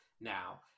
Now